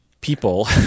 people